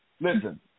listen